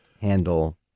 handle